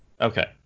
okay